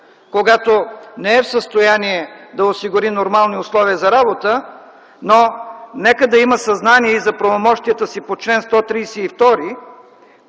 когато не е в състояние да осигури нормални условия за работа. Но нека да има съзнание и за правомощията си по чл. 132